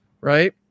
right